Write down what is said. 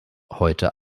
heute